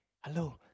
hello